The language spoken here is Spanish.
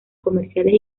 comerciales